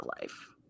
life